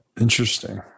Interesting